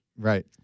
Right